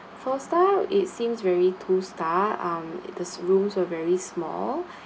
four star it seems very two star um the rooms are very small